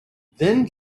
then